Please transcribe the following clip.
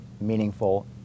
meaningful